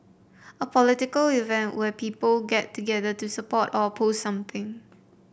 a political event where people get together to support or oppose something